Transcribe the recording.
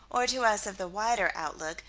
or to us of the wider outlook,